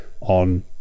on